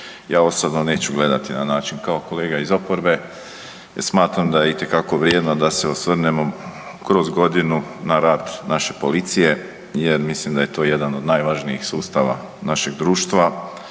ja osobno neću gledati na način kao kolega iz oporbe, jer smatram da je itekako vrijedno da se osvrnemo kroz godinu na rad naše policije. Jer mislim da je to jedan od najvažnijih sustava našeg društva